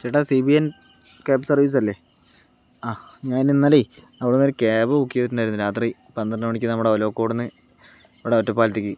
ചേട്ടാ സിബിയൻ cab service അല്ലേ ആ ഞാൻ ഇന്നലെ അവിടുന്ന് ഒരു ക്യാബ് ബുക്ക് ചെയ്തിട്ടുണ്ടായിരുന്നു രാത്രി പന്ത്രണ്ടു മണിക്ക് നമ്മുടെ ഒലോക്കോട്ന്ന് ഇവിടെ ഒറ്റപ്പാലത്തേക്ക്